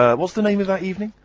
ah what's the name of that evening.